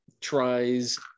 tries